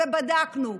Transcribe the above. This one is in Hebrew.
בדקנו.